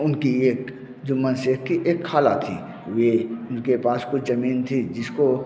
उनकी एक जुम्मन शैख़ कि एक ख़ाला थी वे उनके पास कुछ ज़मीन थी जिसको